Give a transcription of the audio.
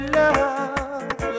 love